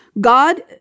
God